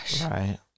Right